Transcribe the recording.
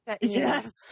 Yes